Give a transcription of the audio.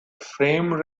frame